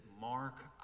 mark